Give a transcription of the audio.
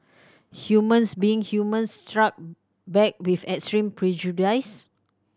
humans being humans struck back with extreme